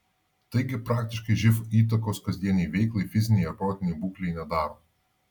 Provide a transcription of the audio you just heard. taigi praktiškai živ įtakos kasdienei veiklai fizinei ar protinei būklei nedaro